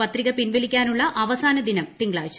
പത്രിക പിൻവീലിക്കാനുള്ള അവസാന ദിനം തിങ്കളാഴ്ച